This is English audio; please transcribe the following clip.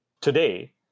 today